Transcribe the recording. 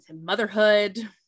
motherhood